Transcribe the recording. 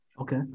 Okay